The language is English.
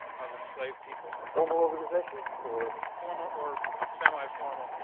of enslaved people? a formal organization or formal or semiformal.